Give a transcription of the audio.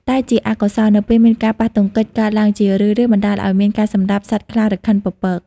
តែជាអកុសល នៅពេលមានការប៉ះទង្គិចកើតឡើងជារឿយៗបណ្តាលឲ្យមាន ការសម្លាប់សត្វខ្លារខិនពពក។